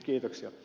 kiitoksia